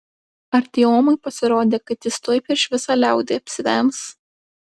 artiomui pasirodė kad jis tuoj prieš visą liaudį apsivems